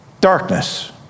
darkness